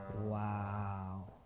Wow